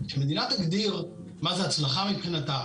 שהמדינה תגדיר מה היא הצלחה מבחינתה,